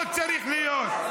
לא צריך להיות.